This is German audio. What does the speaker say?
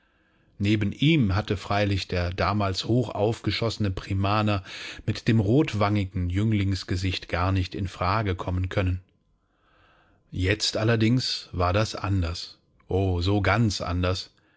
neben ihm hatte freilich der damalige hochaufgeschossene primaner mit dem rotwangigen jünglingsgesicht gar nicht in frage kommen können jetzt allerdings war das anders o so ganz anders